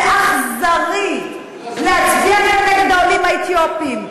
זה אכזרי להצביע נגד העולים האתיופים,